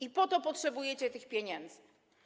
I po to potrzebujecie tych pieniędzy.